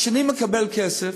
אבל כשאני מקבל כסף,